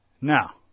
now